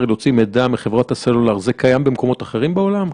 להוציא מידע מחברות הסלולר קיים במקומות אחרים בעולם?